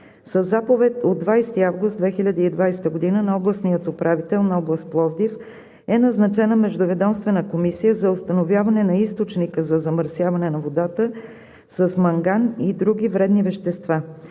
Със заповед от 20 август 2020 г. на областния управител на област Пловдив е назначена Междуведомствена комисия за установяване на източника на замърсяване на водата с манган и други вредни вещества.